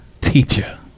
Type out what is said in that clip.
teacher